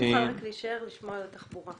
אם תוכל להישאר לשמוע את משרד התחבורה.